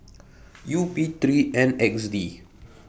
U P three N X D